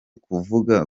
kuvuga